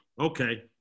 Okay